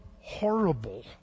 horrible